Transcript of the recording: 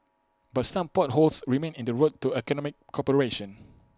but some potholes remain in the road to economic cooperation